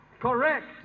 Correct